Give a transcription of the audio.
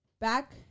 back